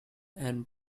and